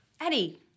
Eddie